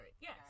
Yes